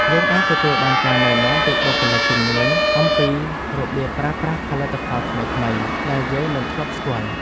យើងអាចទទួលបានការណែនាំពីបុគ្គលិកជំនាញអំពីរបៀបប្រើប្រាស់ផលិតផលថ្មីៗដែលយើងមិនធ្លាប់ស្គាល់។